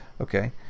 Okay